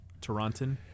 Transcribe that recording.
Toronto